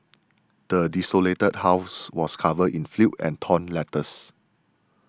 the desolated house was covered in filth and torn letters